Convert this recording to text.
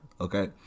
Okay